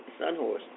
Sunhorse